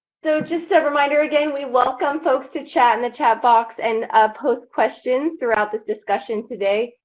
so just a reminder again, we welcome folks to chat in the chat box and post questions throughout the discussion today,